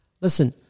listen